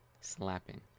Slapping